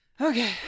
okay